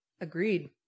Agreed